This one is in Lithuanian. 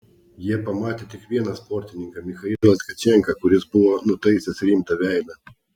jie pamatė tik vieną sportininką michailą tkačenką kuris buvo nutaisęs rimtą veidą